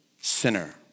sinner